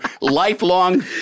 lifelong